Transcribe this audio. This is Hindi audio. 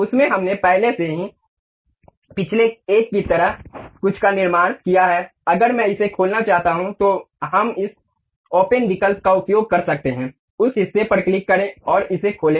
उसमें हमने पहले से ही पिछले एक की तरह कुछ का निर्माण किया है अगर मैं इसे खोलना चाहता हूं तो हम इस ओपन विकल्प का उपयोग कर सकते हैं उस हिस्से पर क्लिक करें और इसे खोलें